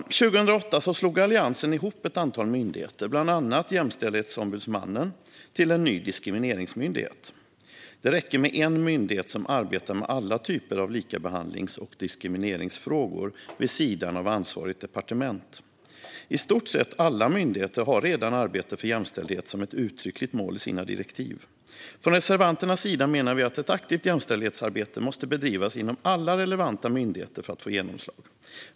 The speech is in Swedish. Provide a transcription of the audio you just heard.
År 2008 slog Alliansen ihop ett antal myndigheter, bland annat Jämställdhetsombudsmannen, till en ny diskrimineringsmyndighet. Det räcker med en myndighet som arbetar med alla typer av likabehandlings och diskrimineringsfrågor vid sidan av ansvarigt departement. I stort sett alla myndigheter har redan arbete för jämställdhet som ett uttryckligt mål i sina direktiv. Extra ändringsbudget för 2019 - Sänkt moms på e-publikationer samt ändrad använd-ning av vissa anslag Från reservanternas sida menar vi att ett aktivt jämställdhetsarbete måste bedrivas inom alla relevanta myndigheter för att få genomslag.